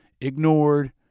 ignored